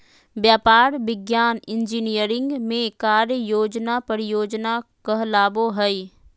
व्यापार, विज्ञान, इंजीनियरिंग में कार्य योजना परियोजना कहलाबो हइ